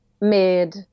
made